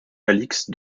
alix